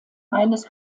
eines